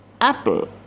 apple